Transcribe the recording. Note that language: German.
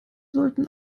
sollten